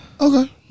Okay